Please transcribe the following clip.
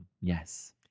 Yes